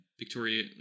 Victoria